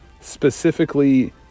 specifically